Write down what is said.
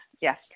yes